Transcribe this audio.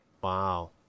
Wow